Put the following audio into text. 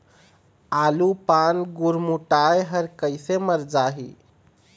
आलू पान गुरमुटाए हर कइसे मर जाही?